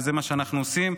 וזה מה שאנחנו עושים.